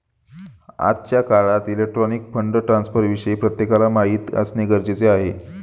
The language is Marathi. आजच्या काळात इलेक्ट्रॉनिक फंड ट्रान्स्फरविषयी प्रत्येकाला माहिती असणे गरजेचे आहे